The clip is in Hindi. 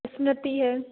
इसमें ती है